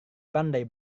pandai